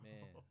Man